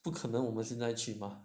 不可能我们现在去吧